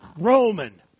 Roman